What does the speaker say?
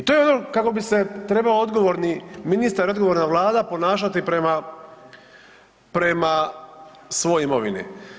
I to je ono kako bi se trebao odgovorni ministar, odgovorna vlada ponašati prema svojoj imovini.